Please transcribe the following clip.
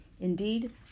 Indeed